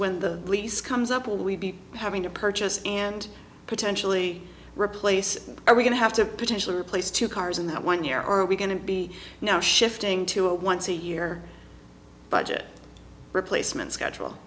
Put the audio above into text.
when the lease comes up will we be having to purchase and potentially replace or we're going to have to potentially replace two cars in that one year are we going to be now shifting to a once a year budget replacement schedule